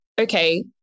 okay